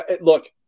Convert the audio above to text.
Look